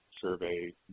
survey